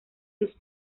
sus